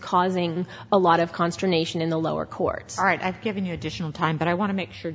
causing a lot of consternation in the lower court all right i've given you additional time but i want to make sure